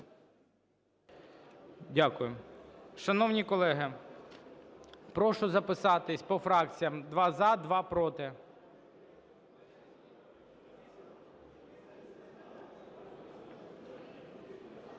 Дякую. Шановні колеги, прошу записатись по фракціям: два – за, два – проти.